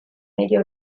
medio